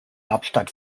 hauptstadt